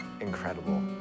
incredible